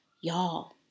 y'all